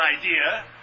idea